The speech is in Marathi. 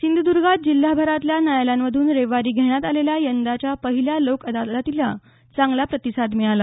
सिंधूदर्गात जिल्हाभरातल्या न्यायालयांमधून रविवारी घेण्यात आलेल्या यंदाच्या पहिल्या लोक अदालतीला चांगला प्रतिसाद मिळाला